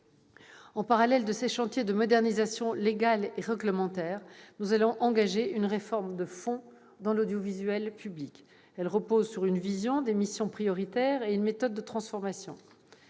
En parallèle de ces chantiers de modernisation légale et réglementaire, nous allons engager une réforme de fond de l'audiovisuel public. Elle repose sur une vision, l'affirmation de missions prioritaires et une méthode de transformation.